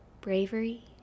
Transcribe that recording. bravery